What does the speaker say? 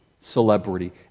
celebrity